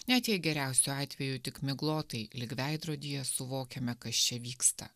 net jei geriausiu atveju tik miglotai lyg veidrodyje suvokiame kas čia vyksta